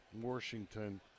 Washington